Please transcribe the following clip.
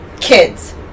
Kids